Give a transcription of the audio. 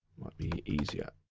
might be easier.